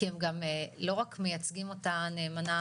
כי הם גם לא רק מייצגים אותה נאמנה